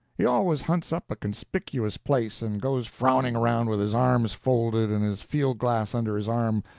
he always hunts up a conspicuous place, and goes frowning around with his arms folded and his field-glass under his arm,